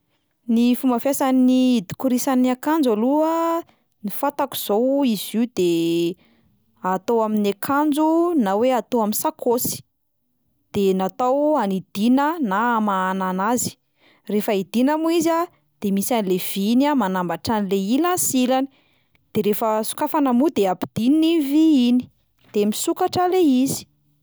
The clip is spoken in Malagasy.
Ny fomba fiasan'ny hidikorisan'ny akanjo aloha a, ny fantako zao izy io de atao amin'ny akanjo na hoe atao amin'ny sakaosy, de natao hanidiana na hamahana anazy, rehefa hidiana moa izy a de misy anle vy iny a manambatra an'le ilany sy ilany, de rehefa sokafana moa de ampidinina iny vy iny, de misokatra le izy.